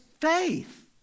faith